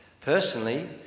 personally